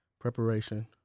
Preparation